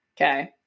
okay